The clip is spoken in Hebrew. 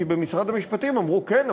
כי במשרד המשפטים אמרו: כן,